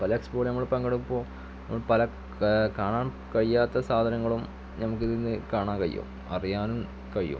പല എക്സ്പോയിൽ നമ്മൾ പങ്കെടുക്കും പല കാണാൻ കഴിയാത്ത സാധനങ്ങളും ഞമ്മക്കിതുന്ന് കാണാൻ കഴിയും അറിയാനും കഴിയും